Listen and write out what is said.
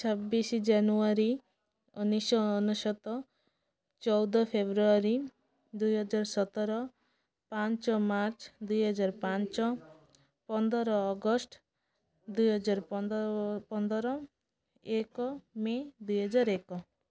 ଛବିଶ ଜାନୁଆରୀ ଉଣେଇଶିଶହ ଅନ୍ୱେଶତ ଚଉଦ ଫେବୃଆରୀ ଦୁଇହଜାର ସତର ପାଞ୍ଚ ମାର୍ଚ୍ଚ ଦୁଇହଜାର ପାଞ୍ଚ ପନ୍ଦର ଅଗଷ୍ଟ ଦୁଇହଜାର ପନ୍ଦର ପନ୍ଦର ଏକ ମେ ଦୁଇହଜାର ଏକ